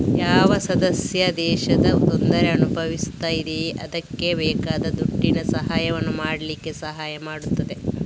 ಯಾವ ಸದಸ್ಯ ದೇಶ ತೊಂದ್ರೆ ಅನುಭವಿಸ್ತಾ ಇದೆಯೋ ಅದ್ಕೆ ಬೇಕಾದ ದುಡ್ಡಿನ ಸಹಾಯವನ್ನು ಮಾಡ್ಲಿಕ್ಕೆ ಸಹಾಯ ಮಾಡ್ತದೆ